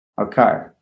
Okay